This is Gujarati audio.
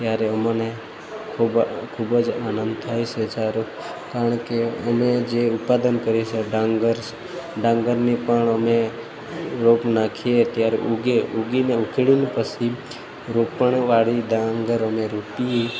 ત્યારે અમને ખૂબ ખૂબ જ આનંદ થાય છે સારું કારણ કે અમે જે ઉત્પાદન કરીએ છીએ ડાંગર ડાંગરની પણ અમે રોપ નાખીએ ત્યારે ઊગે ઉગીને ઉખેડી પછી રોપણ વાળી ડાંગર અમે રોપી